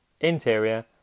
interior